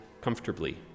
comfortably